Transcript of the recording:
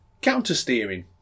Counter-steering